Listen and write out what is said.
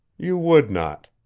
you would not.